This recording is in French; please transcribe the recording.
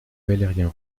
valérien